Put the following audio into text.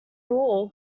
all